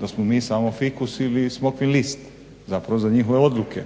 da smo mi samo fikus ili smokvin list za njihove odluke.